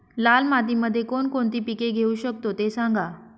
लाल मातीमध्ये कोणकोणती पिके घेऊ शकतो, ते सांगा